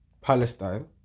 Palestine